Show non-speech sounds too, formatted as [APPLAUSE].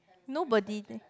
nobody [NOISE]